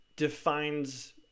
defines